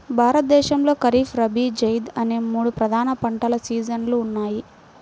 భారతదేశంలో ఖరీఫ్, రబీ, జైద్ అనే మూడు ప్రధాన పంటల సీజన్లు ఉన్నాయి